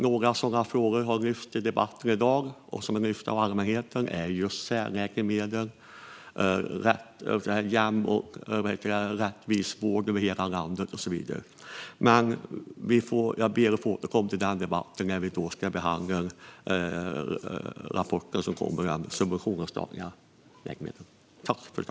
Några sådana frågor som har lyfts i debatten i dag och som har lyfts av allmänheten gäller särläkemedel, jämn och rättvis vård över hela landet och så vidare. Jag ber att få återkomma till det när vi ska behandla rapporten om statlig subventionering av läkemedel.